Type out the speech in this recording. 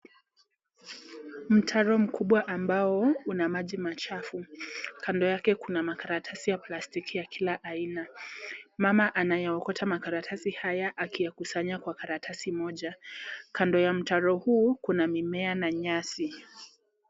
Mtaro mkubwa ambao una maji machafu. Kando yake kuna makaratasi ya plastiki ya kila aina. Mama anayeokota makaratasi haya akiyakusanya Kwa karatasi moja. Kando ya mtaro huu kuna mimea na nyasi.